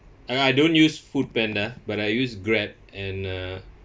I I don't use Foodpanda but I use Grab and uh